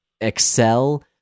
excel